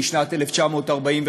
משנת 1945,